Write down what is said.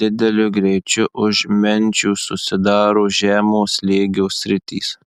dideliu greičiu už menčių susidaro žemo slėgio sritys